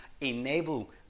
enable